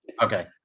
okay